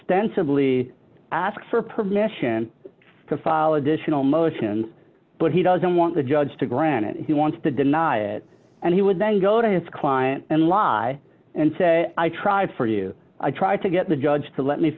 stand simply ask for permission to file additional motions but he doesn't want the judge to grant it he wants to deny it and he would then go to his client and lie and say i tried for you i tried to get the judge to let me